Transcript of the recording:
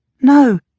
No